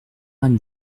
vingt